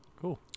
cool